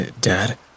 Dad